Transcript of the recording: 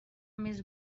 més